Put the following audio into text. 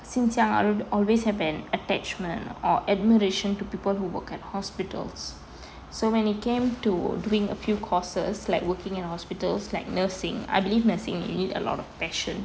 since young I've always have an attachment or admiration to people who work at hospitals so when it came to doing a few courses like working in hospitals like nursing I believe nursing you need a lot of passion